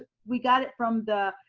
we got it from the